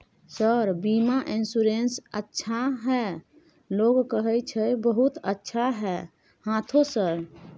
Sir बीमा insurance अच्छा है लोग कहै छै बहुत अच्छा है हाँथो सर?